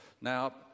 Now